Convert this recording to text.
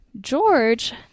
George